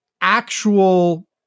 actual